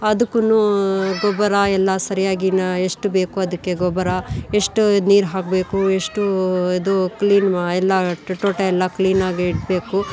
ಅದುಕ್ಕೂ ಗೊಬ್ಬರ ಎಲ್ಲ ಸರಿಯಾಗಿ ನ ಎಷ್ಟು ಬೇಕು ಅದಕ್ಕೆ ಗೊಬ್ಬರ ಎಷ್ಟು ನೀರು ಹಾಕಬೇಕು ಎಷ್ಟು ಇದು ಕ್ಲೀನ್ ಮಾ ಎಲ್ಲ ತೋಟ ಎಲ್ಲ ಕ್ಲೀನಾಗಿ ಇಡಬೇಕು ಎಲ್ಲ